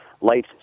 light